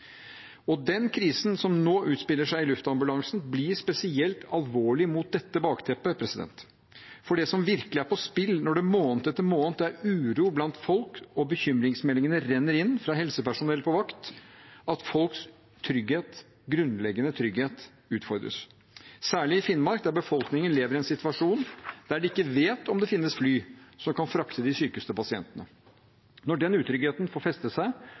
helsevesen. Den krisen som nå utspiller seg i luftambulansen, blir spesielt alvorlig mot dette bakteppet. For det som virkelig er i spill når det måned etter måned er uro blant folk og bekymringsmeldingene renner inn fra helsepersonell på vakt, er at folks trygghet, grunnleggende trygghet, utfordres, særlig i Finnmark, der befolkningen lever i en situasjon der de ikke vet om det finnes fly som kan frakte de sykeste pasientene. Når den utryggheten får feste seg,